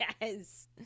yes